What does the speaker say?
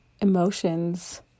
emotions